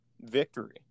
victory